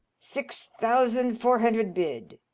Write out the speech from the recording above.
six thousand four hundred bid.